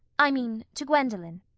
i mean to gwendolen.